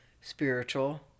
spiritual